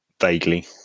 vaguely